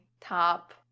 top